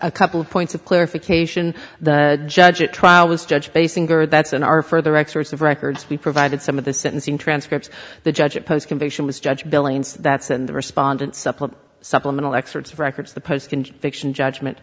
a couple of points of clarification the judge at trial was judge basinger that's in our further excerpts of records we provided some of the sentencing transcripts the judge imposed conviction was judge billings that's in the respondent supplement supplemental experts records the post and fiction judgment